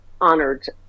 honored